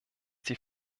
die